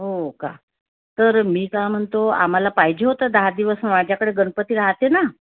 हो का तर मी काय म्हणतो आम्हाला पाहिजे होतं दहा दिवस माझ्याकडे गणपती राहते ना